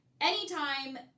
anytime